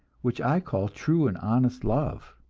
which i call true and honest love